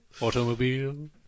Automobile